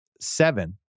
seven